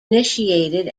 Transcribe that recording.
initiated